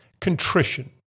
Contrition